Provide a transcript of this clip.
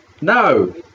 No